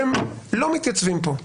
והם לא מתייצבים פה.